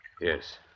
Yes